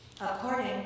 according